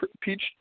peach